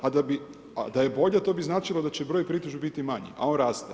A da je bolja to bi značilo da će broj pritužbi biti manji a on raste.